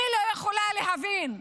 אני לא יכולה להבין.